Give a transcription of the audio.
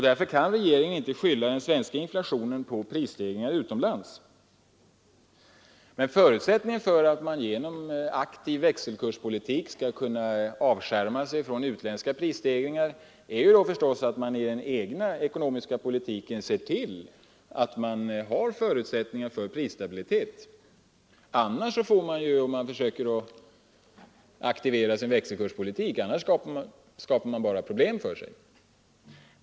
Därför kan regeringen inte skylla den svenska inflationen på prisstegringar utomlands. Men förutsättningen för att man genom en aktiv växelkurspolitik skall kunna avskärma sig från utländska prisstegringar är förstås, att man i den egna ekonomiska politiken skapar förutsättningar för prisstabilitet. Annars leder försök att aktivera den egna växelkurspolitiken bara till att man skapar problem för sig.